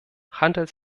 handelt